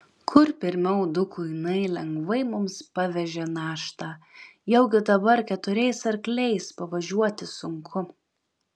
kur pirmiau du kuinai lengvai mums pavežė naštą jaugi dabar keturiais arkliais pavažiuoti sunku